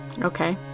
Okay